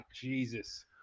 Jesus